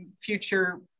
future